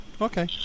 Okay